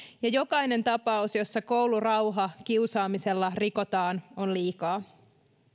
ja jokainen tapaus jossa koulurauha kiusaamisella rikotaan on liikaa